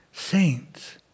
Saints